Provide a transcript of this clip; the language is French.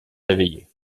réveillé